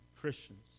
Christians